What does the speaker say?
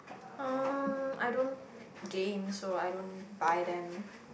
um I don't game so I don't buy them